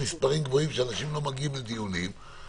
המנגנון של האמברקס הוא חשוב.